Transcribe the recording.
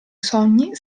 sogni